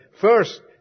First